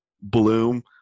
bloom